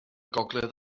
gogledd